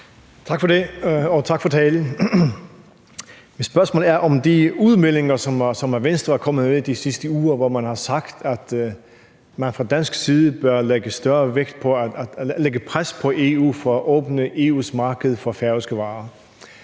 Tak for det, og tak for talen. Spørgsmålet er i forhold til de udmeldinger, som Venstre er kommet med de sidste uger, hvor man har sagt, at man fra dansk side bør lægge pres på EU for at åbne EU's marked for færøske varer.